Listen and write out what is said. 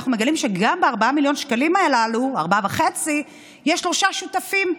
אנחנו מגלים שגם ב-4.5 מיליון שקלים הללו יש שלושה שותפים: